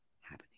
happening